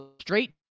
straight